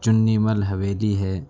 چنّی مل حویلی ہے